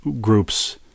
groups